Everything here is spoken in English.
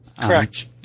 Correct